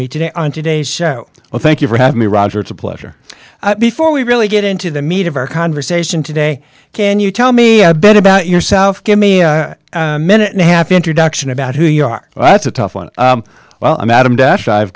me today on today's show well thank you for having me roger it's a pleasure before we really get into the meat of our conversation today can you tell me a bit about yourself gimme a minute and a half introduction about who you are that's a tough one well i'm adam dash i've